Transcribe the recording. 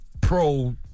pro